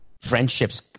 Friendships